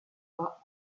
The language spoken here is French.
pas